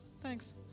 Thanks